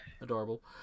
Adorable